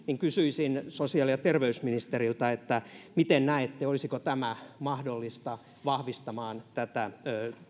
kysyisin sosiaali ja terveysministeriltä miten näette olisiko tämä mahdollista vahvistamaan tätä